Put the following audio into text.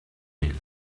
mehl